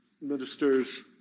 Ministers